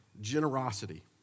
generosity